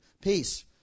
Peace